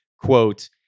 Quote